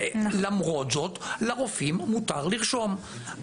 ולמרות זאת, לרופאים מותר לרשום.